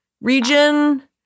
region